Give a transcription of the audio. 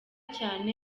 cyane